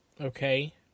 Okay